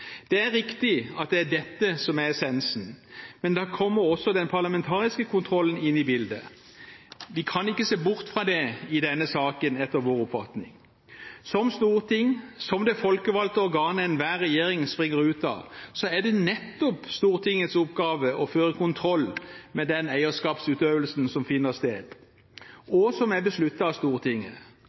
Det er riktig at det er dette som er essensen, men da kommer også den parlamentariske kontrollen inn i bildet. Vi kan ikke se bort fra det i denne saken, etter vår oppfatning. Som det folkevalgte organet enhver regjering springer ut av, er det nettopp Stortingets oppgave å føre kontroll med den eierskapsutøvelsen som finner sted, og som er besluttet av Stortinget.